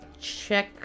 check